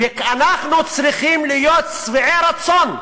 ואנחנו צריכים להיות שבעי רצון,